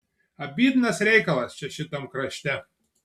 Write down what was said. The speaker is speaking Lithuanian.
abydnas reikalas čia šitam krašte